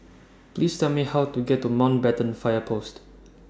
Please Tell Me How to get to Mountbatten Fire Post